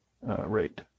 rate